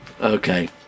Okay